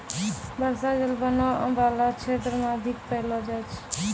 बर्षा जल बनो बाला क्षेत्र म अधिक पैलो जाय छै